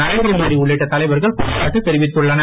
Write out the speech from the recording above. நரேந்திர மோடி உள்ளிட்ட தலைவர்கள் பாராட்டு தெரிவித்துள்ளனர்